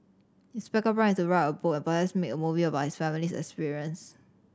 his backup plan is to write a book and perhaps make a movie about his family's experience